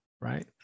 right